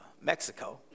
Mexico